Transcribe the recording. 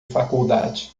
faculdade